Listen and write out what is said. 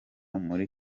muri